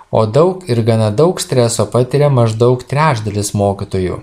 o daug ir gana daug streso patiria maždaug trečdalis mokytojų